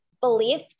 belief